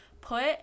put